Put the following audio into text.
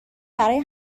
برای